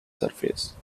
surface